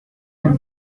the